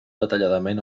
detalladament